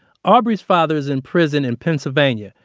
aubrey's father is in prison in pennsylvania.